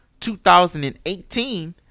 2018